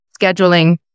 scheduling